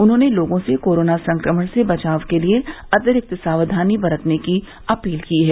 उन्होंने लोगों से कोरोना संक्रमण से बचाव के लिये अतिरिक्त सावधानी बरतने की अपील की है